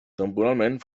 temporalment